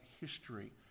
history